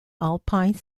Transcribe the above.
alpine